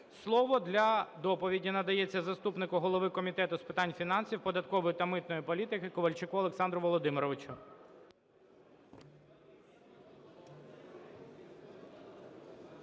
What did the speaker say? Слово для доповіді надається заступнику голови Комітету з питань фінансів, податкової та митної політики Ковальчуку Олександру Володимировичу.